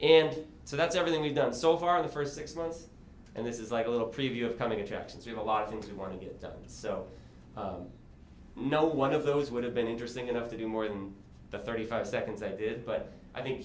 and so that's everything we've done so far the first six months and this is like a little preview of coming attractions you know a lot of things to want to get done so no one of those would have been interesting enough to do more than the thirty five seconds i did but i think